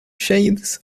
shades